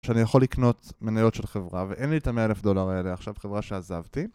שאני יכול לקנות מניות של חברה, ואין לי את ה-100,000 דולר האלה, עכשיו חברה שעזבתי.